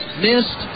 missed